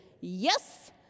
Yes